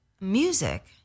music